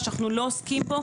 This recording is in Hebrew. מה שאנחנו לא עוסקים בו,